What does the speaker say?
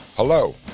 Hello